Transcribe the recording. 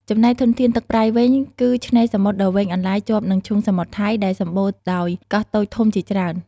ចំណែកធនធានទឹកប្រៃវិញ គឺឆ្នេរសមុទ្រដ៏វែងអន្លាយជាប់នឹងឈូងសមុទ្រថៃ ដែលសម្បូរដោយកោះតូចធំជាច្រើន។